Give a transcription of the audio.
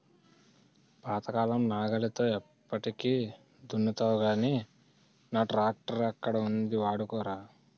పాతకాలం నాగలితో ఎప్పటికి దున్నుతావ్ గానీ నా ట్రాక్టరక్కడ ఉంది వాడుకోరా